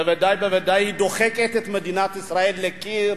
ובוודאי ובוודאי היא דוחקת את מדינת ישראל לקיר